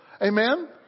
Amen